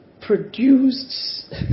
produced